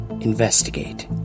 investigate